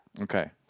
Okay